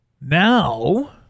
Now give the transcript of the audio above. now